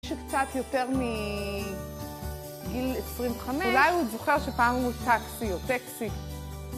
מישהו קצת יותר מגיל 25 אולי הוא זוכר שפעם הוא טקסי או טקסי